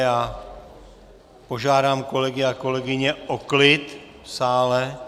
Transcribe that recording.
Já požádám kolegy a kolegyně o klid v sále.